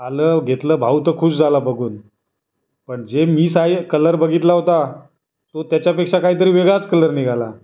आलं घेतलं भाऊ तर खूष झाला बघून पण जे मी साइ कलर बघितला होता तो त्याच्यापेक्षा कायतरी वेगळाच कलर निघाला